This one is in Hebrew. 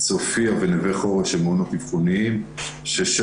"צופייה" ו"נווה חורש" הם מעונות אבחוניים שבהם